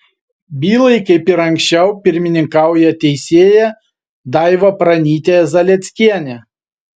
bylai kaip ir anksčiau pirmininkauja teisėja daiva pranytė zalieckienė